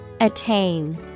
Attain